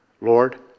Lord